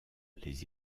les